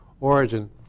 origin